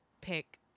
pick